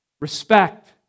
respect